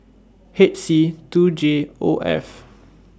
H C two J O F